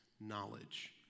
knowledge